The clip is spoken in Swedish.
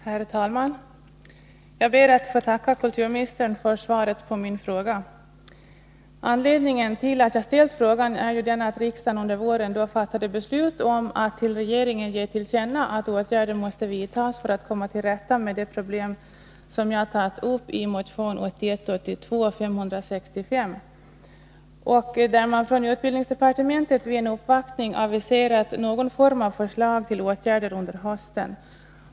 Herr talman! Jag ber att få tacka kulturministern för svaret på min fråga. Anledningen till att jag ställt frågan är att riksdagen under våren fattade beslut om att ge regeringen till känna att åtgärder måste vidtas för att komma till rätta med det problem som jag tagit upp i motion 1981/82:565. Vid en uppvaktning har man från utbildningsdepartementet aviserat någon form av förslag till åtgärder under hösten.